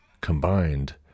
combined